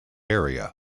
area